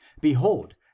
behold